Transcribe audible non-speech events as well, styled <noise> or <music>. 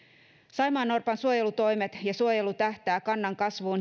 saimaannorpan suojelutoimet ja suojelu tähtäävät kannan kasvuun <unintelligible>